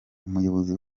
umuyobozi